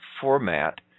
format